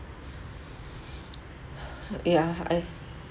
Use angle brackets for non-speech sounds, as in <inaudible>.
<breath> yeah I